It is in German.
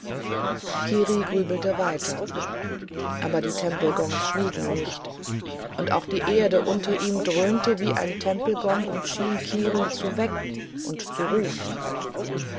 kiri grübelte wieder aber die tempelgongs schwiegen nicht und auch die erde unter ihm dröhnte wie ein tempelgong und schien kiri zu wecken und zu rufen